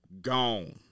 gone